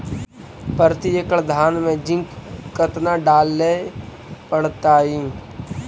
प्रती एकड़ धान मे जिंक कतना डाले पड़ताई?